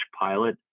pilot